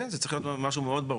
כן, זה צריך להיות משהו מאוד ברור.